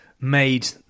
made